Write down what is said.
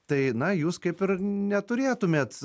tai na jūs kaip ir neturėtumėt